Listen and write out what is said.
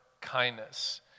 kindness